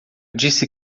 disse